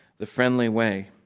the friendly way